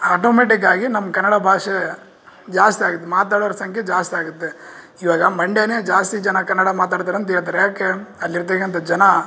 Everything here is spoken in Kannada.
ಆಟೋಮೆಟಿಕಾಗಿ ನಮ್ಮ ಕನ್ನಡ ಭಾಷೆ ಜಾಸ್ತಿ ಆಗುತ್ತೆ ಮಾತಾಡೋರ ಸಂಖ್ಯೆ ಜಾಸ್ತಿ ಆಗುತ್ತೆ ಇವಾಗ ಮಂಡ್ಯಾನೇ ಜಾಸ್ತಿ ಜನ ಕನ್ನಡ ಮಾತಾಡ್ತಾರಂತ ಹೇಳ್ತಾರೆ ಯಾಕೆ ಅಲ್ಲಿರ್ತಕ್ಕಂಥ ಜನ